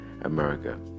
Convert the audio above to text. America